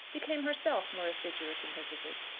became herself more assiduous in her visits,